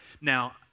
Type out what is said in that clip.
now